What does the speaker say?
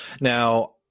Now